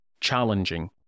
challenging